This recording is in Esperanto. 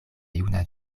juna